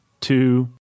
two